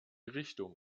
richtung